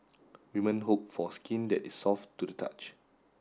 woman hope for skin that is soft to the touch